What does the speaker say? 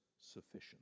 sufficient